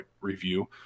review